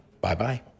Bye-bye